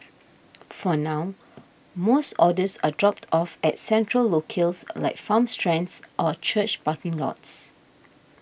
for now most orders are dropped off at central locales like farm stands or church parking lots